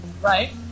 right